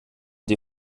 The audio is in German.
die